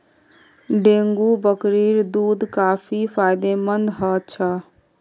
dengue बकरीर दूध काफी फायदेमंद ह छ